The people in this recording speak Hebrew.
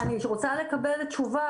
ואני רוצה לקבל תשובה,